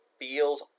feels